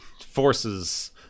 forces